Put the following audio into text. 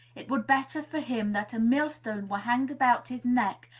it were better for him that a mill-stone were hanged about his neck,